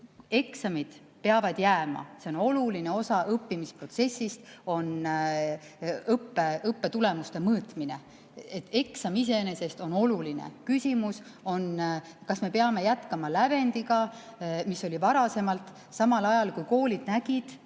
eksamid peavad jääma, see on oluline osa õppimisprotsessist, on õppetulemuste mõõtmine. Eksam iseenesest on oluline, küsimus on, kas me peame jätkama lävendiga, mis oli varasemalt, samal ajal kui eelmisel